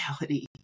reality